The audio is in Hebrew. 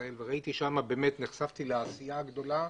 ישראל ושם נחשפתי לעשייה הגדולה.